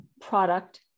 product